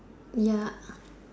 ya